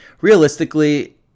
realistically